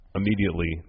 immediately